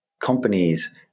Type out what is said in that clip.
companies